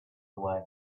away